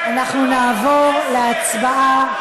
אנחנו נעבור להצבעה.